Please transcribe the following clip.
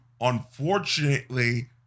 unfortunately